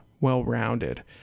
well-rounded